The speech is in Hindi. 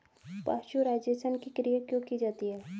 पाश्चुराइजेशन की क्रिया क्यों की जाती है?